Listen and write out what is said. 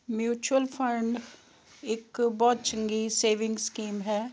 mutual fund ਇੱਕ ਬਹੁਤ ਚੰਗੀ ਸੇਵਿੰਗ ਸਕੀਮ ਹੈ